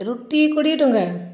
ରୁଟି କୋଡ଼ିଏ ଟଙ୍କା